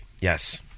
yes